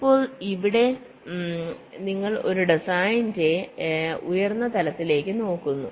ഇപ്പോൾ ഇവിടെ നിങ്ങൾ ഒരു ഡിസൈനിന്റെ ഉയർന്ന തലത്തിലേക്ക് നോക്കുന്നു